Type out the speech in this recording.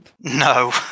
No